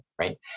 right